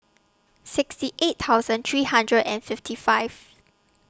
sixty eight thousand three hundred and fifty five